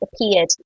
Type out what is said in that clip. appeared